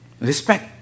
respect